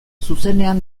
zuzenean